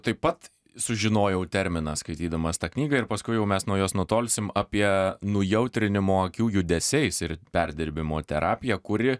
taip pat sužinojau terminą skaitydamas tą knygą ir paskui jau mes nuo jos nutolsim apie nujautrinimo akių judesiais ir perdirbimo terapiją kuri